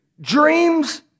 dreams